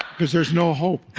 because there's no hope,